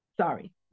Sorry